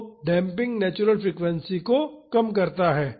तो damping natural frequency को कम करता है